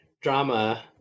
Drama